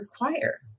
require